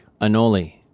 Anole